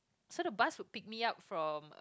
so the bus will pick me up from